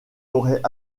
aurait